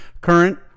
current